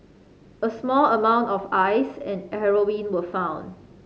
a small amount of ice and heroin were found